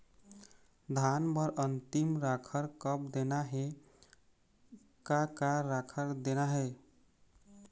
धान बर अन्तिम राखर कब देना हे, का का राखर देना हे?